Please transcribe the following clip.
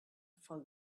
for